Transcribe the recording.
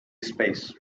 space